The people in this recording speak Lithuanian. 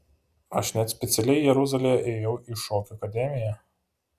aš net specialiai jeruzalėje ėjau į šokių akademiją